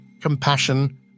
compassion